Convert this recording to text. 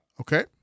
Okay